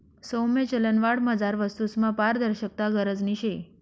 सौम्य चलनवाढमझार वस्तूसमा पारदर्शकता गरजनी शे